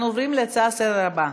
אנחנו עוברים להצעה לסדר-היום הבאה: